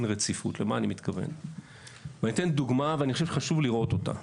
אני אתן דוגמה ואני חושב שחשוב לראות אותה: